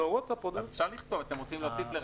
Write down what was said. אפשר להוסיף.